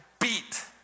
beat